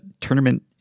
tournament